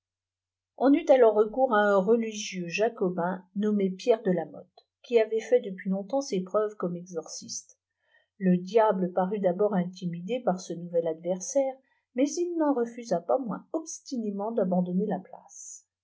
on eut alors recours à un religieux jacobin nommé pierre de lamotte qui avait fait depuis longtemps ses preuves comme exorciste le diable parut d'abord intimidé parce nouvel adversaire mais il n'en refusa pas moins obstinément d'abandonner la place